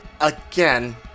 again